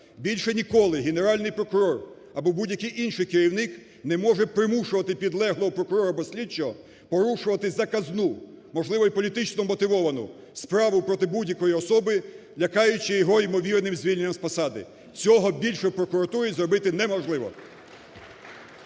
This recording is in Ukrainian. Більше ніколи Генеральний прокурор або будь-який інший керівник не може примушувати підлеглого прокурора або слідчого порушувати заказну, можливо і політично мотивовану, справу проти будь-якої особи, лякаючи його ймовірним звільненням з посади. Цього більше в прокуратурі зробити неможливо.